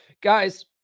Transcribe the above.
Guys